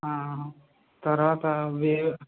తర్వాత